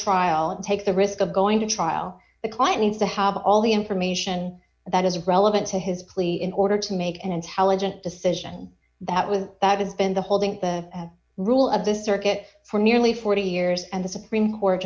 trial and take the risk of going to trial the client needs to have all the information that is relevant to his plea in order to make an intelligent decision that was that has been the holding the rule of the circuit for nearly forty years and the supreme court